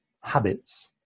habits